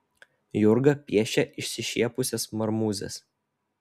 jurga piešia išsišiepusias marmūzes